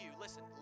listen